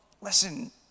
listen